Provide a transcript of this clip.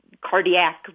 cardiac